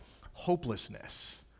hopelessness